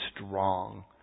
strong